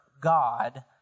God